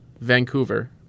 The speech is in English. Vancouver